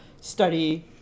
study